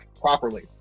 properly